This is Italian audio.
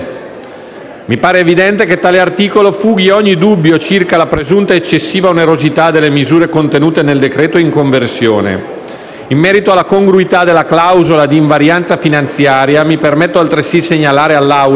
Mi pare evidente che tale articolo fughi ogni dubbio circa la presunta eccessiva onerosità delle misure contenute nel decreto-legge in conversione. In merito alla congruità della clausola d'invarianza finanziaria, mi permetto di segnalare all'Assemblea